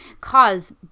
cause